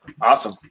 Awesome